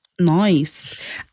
Nice